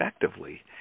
effectively